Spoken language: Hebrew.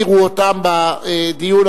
בסדר, אוקיי.